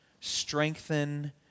strengthen